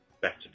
better